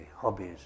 hobbies